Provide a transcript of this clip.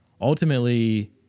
ultimately